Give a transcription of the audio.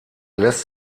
lässt